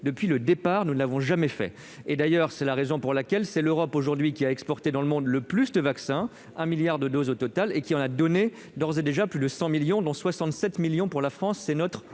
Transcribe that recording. J'insiste, nous n'y avons jamais eu recours. C'est d'ailleurs la raison pour laquelle c'est l'Europe aujourd'hui qui a exporté dans le monde le plus de vaccins- un milliard de doses au total -et qui en a donné d'ores et déjà plus de 100 millions, dont 67 millions pour la France-